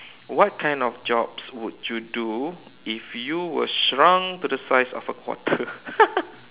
what kind of jobs would you do if you were shrunk to the size of a quarter